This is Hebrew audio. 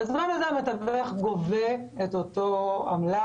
בזמן הזה המתווך גובה את אותה עמלה.